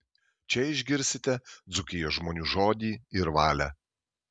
čia išgirsite dzūkijos žmonių žodį ir valią